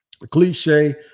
cliche